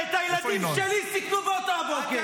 את הילדים שלי סיכנו באותו הבוקר.